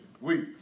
Weeks